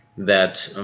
that